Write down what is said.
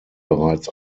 bereits